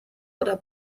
oder